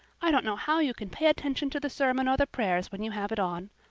i don't know how you can pay attention to the sermon or the prayers when you have it on.